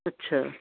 ਅੱਛਾ